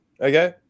Okay